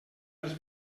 dels